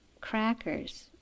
crackers